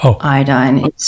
iodine